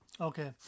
Okay